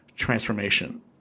transformation